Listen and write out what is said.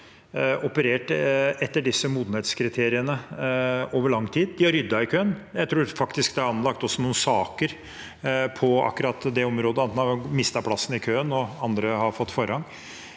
operert etter disse modenhetskriteriene over lang tid. De har ryddet i køen, jeg tror faktisk også det er anlagt noen saker på akkurat det området – at en har mistet plassen i køen, og andre har fått forrang.